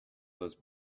those